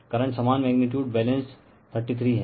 current समान magnitude balanced 33 हैं